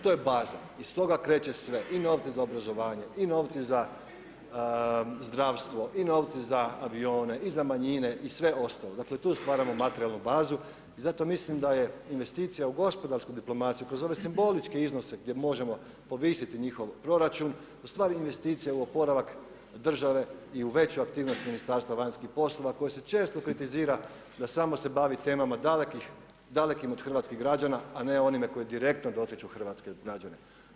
To je baza iz toga kreće sve i novci za obrazovanje i novci za zdravstvo i novci za avione i za manjine i sve ostalo, dakle tu stvaramo materijalnu bazu i zato mislim da je investicija u gospodarsku diplomaciju kroz ove simboličke iznose gdje možemo povisiti njihov proračun ustvari investicija u oporavak države i u veću aktivnost Ministarstva vanjskih poslova koje se često kritizira da se samo bavi temama dalekim od hrvatskih građana, a ne onime koji direktno dotiču hrvatske građane.